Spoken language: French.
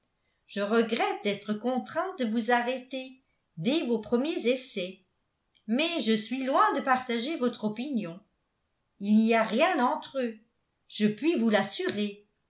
je regrette d'être contrainte de vous arrêter dès vos premiers essais mais je suis loin de partager votre opinion il n'y a rien entre eux je puis vous l'assurer